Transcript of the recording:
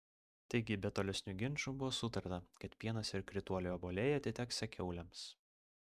taigi be tolesnių ginčų buvo sutarta kad pienas ir krituoliai obuoliai atiteksią kiaulėms